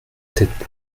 tête